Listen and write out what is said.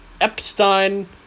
Epstein